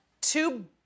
two